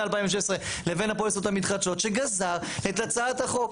2016 לבין הפוליסות המתחדשות שגזר את הצעת החוק.